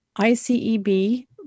ICEB